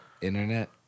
internet